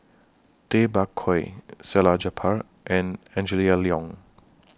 Tay Bak Koi Salleh Japar and Angela Liong